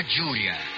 Julia